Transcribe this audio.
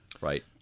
right